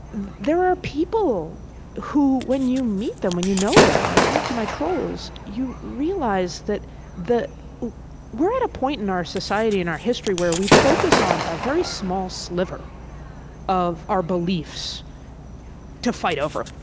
there are people who, when you meet them, when you know them, when i talk to my trolls, you realize that we're at a point in our society, in our history, where we focus on a very small sliver of our beliefs to fight over.